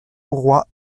auroi